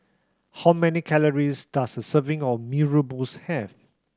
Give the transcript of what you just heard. how many calories does a serving of Mee Rebus have